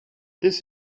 this